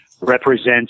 represents